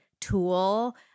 tool